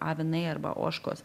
avinai arba ožkos